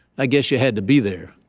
i guess you had to be there.